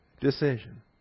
decision